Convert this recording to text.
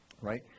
right